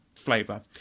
flavor